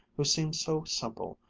who seemed so simple,